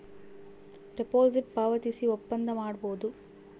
deposit ಪಾವತಿಸಿ ಒಪ್ಪಂದ ಮಾಡಬೋದು